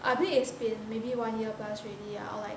I think it's been maybe one year plus already or like